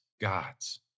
gods